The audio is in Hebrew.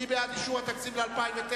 מי בעד אישור התקציב ל-2009?